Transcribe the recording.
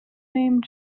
name